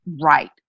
right